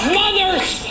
mother's